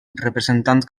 representant